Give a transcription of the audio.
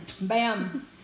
Bam